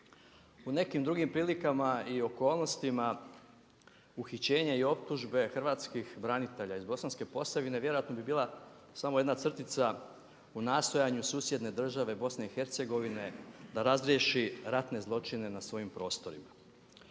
u nekim drugim prilikama i okolnostima uhićenja i optužbe hrvatskih branitelja iz Bosanske Posavine vjerojatno bi bila samo jedna crtica u nastojanju susjedne države BIH da razriješi ratne zločine na svojim prostorima.